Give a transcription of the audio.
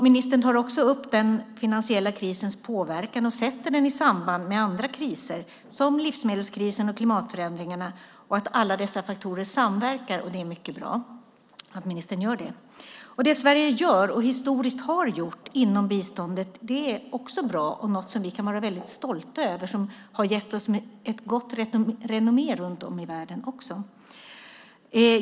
Ministern tar också upp den finansiella krisens påverkan och sätter den i samband med andra kriser som livsmedelskrisen och klimatförändringarna och att alla dessa faktorer samverkar. Det är mycket bra att ministern gör det. Det Sverige gör och historiskt har gjort inom biståndet är också bra. Det är något som vi kan vara väldigt stola över och som har gett oss ett gott renommé runt om i världen.